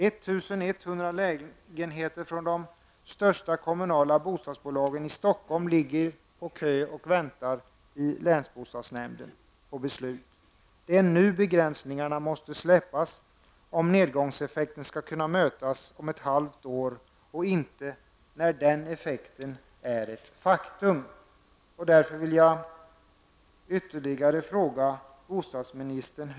1 100 lägenheter från de största kommunala bostadsbolagen i Stockholm finns i kön hos länsbostadsnämnden i väntan på beslut. Det är nu som begränsningarna måste släppas om vi skall kunna möta nedgångseffekten om ett halvt år. Vi får inte vänta tills den effekten är ett faktum. Mot den bakgrunden vill jag ställa ytterligare några frågor till bostadsministern: 1.